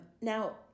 Now